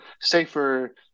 safer